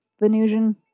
Venusian